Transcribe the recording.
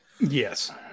Yes